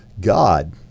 God